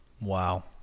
Wow